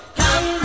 come